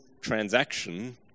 transaction